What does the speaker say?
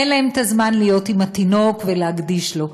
ואין להם הזמן להיות עם התינוק ולהקדיש לו.